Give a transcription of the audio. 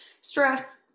stress